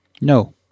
No